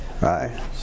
right